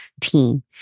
team